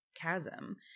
chasm